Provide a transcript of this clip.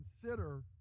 consider